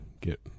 get